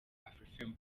afrifame